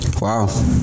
Wow